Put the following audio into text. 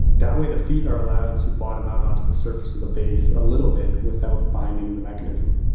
that way the feet are allowed to bottom out onto the surface of the base a little bit without binding the mechanism.